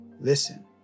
Listen